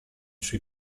sui